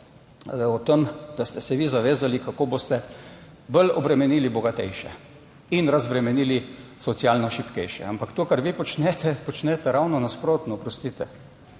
o tem, da ste se vi zavezali, kako boste bolj obremenili bogatejše in razbremenili socialno šibkejše. Ampak to, kar vi počnete, počnete ravno nasprotno, oprostite,